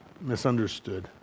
misunderstood